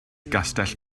gastell